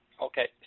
Okay